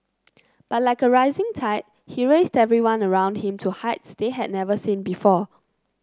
but like a rising tide he raised everyone around him to heights they had never seen before